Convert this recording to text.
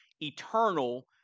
eternal